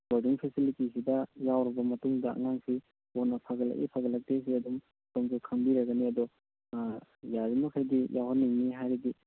boarding ꯐꯦꯁꯤꯂꯤꯇꯤꯁꯤꯗ ꯌꯥꯎꯔꯕ ꯃꯇꯨꯡꯗ ꯑꯉꯥꯡꯁꯤ ꯌꯥꯝꯅ ꯐꯒꯠꯂꯛꯏ ꯐꯒꯠꯂꯛꯇꯦꯁꯤ ꯑꯗꯨꯝ ꯁꯣꯝꯁꯨ ꯈꯪꯕꯤꯔꯒꯅꯤ ꯑꯗꯣ ꯌꯥꯔꯤꯕ ꯃꯈꯩꯗꯤ ꯌꯥꯎꯍꯟꯅꯤꯡꯏ ꯍꯥꯏꯕꯗꯤ